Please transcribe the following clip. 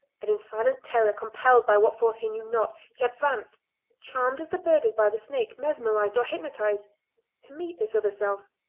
and in silent terror, compelled by what force he knew not, he advanced charmed as the bird is by the snake, mesmerised or hypnotised to meet this other self.